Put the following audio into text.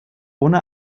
ohne